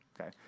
okay